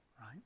right